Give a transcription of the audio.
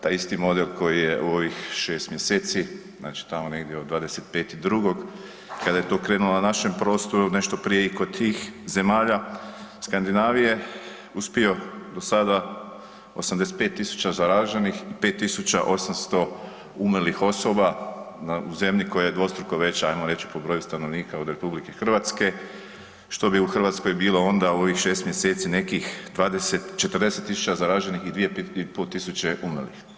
Taj isti model koji je u ovih 6 mjeseci znači tamo negdje od 15.2. kada je to krenulo na našem prostoru, nešto prije i kod tih zemalja Skandinavije uspio do sada 85.000 zaraženih i 5.800 umrlih osoba u zemlji koja je dvostruko veća ajmo reći po broju stanovnika od RH, što bi u Hrvatskoj bilo onda u ovih 6 mjeseci 20, 40.000 zaraženih i 2.500 umrlih.